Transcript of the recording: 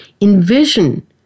envision